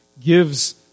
gives